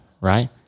right